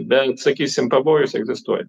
bent sakysim pavojus egzistuoja